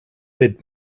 did